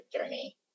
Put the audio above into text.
journey